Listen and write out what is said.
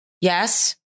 Yes